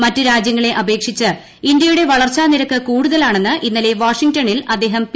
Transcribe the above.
മറ്റ്രാജ്യങ്ങളെ അപേക്ഷിച്ച് ഇന്ത്യയുടെ വളർച്ചാനിരക്ക് കൂടുതലാണെന്ന് ഇന്നലെ വാഷിംഗ്ടണിൽ അദ്ദേഹം പി